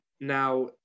Now